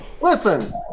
listen